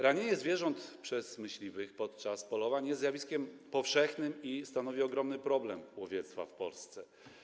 Ranienie zwierząt przez myśliwych podczas polowań jest zjawiskiem powszechnym i stanowi ogromny problem łowiectwa w Polsce.